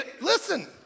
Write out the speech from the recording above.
Listen